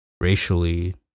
racially